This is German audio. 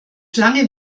lange